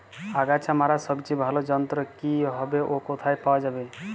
আগাছা মারার সবচেয়ে ভালো যন্ত্র কি হবে ও কোথায় পাওয়া যাবে?